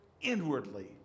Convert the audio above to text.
inwardly